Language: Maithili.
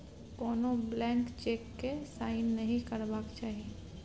कोनो ब्लैंक चेक केँ साइन नहि करबाक चाही